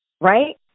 right